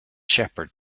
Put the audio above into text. shepherd